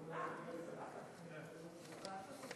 אני מתנצל